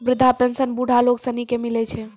वृद्धा पेंशन बुढ़ा लोग सनी के मिलै छै